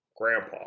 grandpa